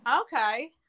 Okay